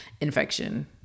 infection